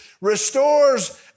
restores